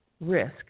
risk